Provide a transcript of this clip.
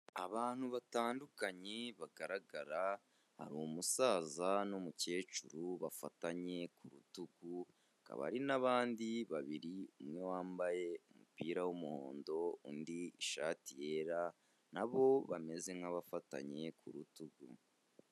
Abantu batandukanye bagaragara, hari umusaza n'umukecuru bafatanye ku rutugu, hakaba hari n'abandi babiri umwe wambaye umupira w'umuhondo undi ishati yera, nabo bameze nk'abafatanye ku rutugu.